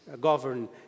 govern